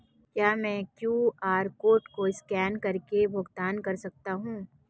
क्या मैं QR code को स्कैन करके भुगतान कर सकता हूं?